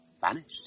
vanished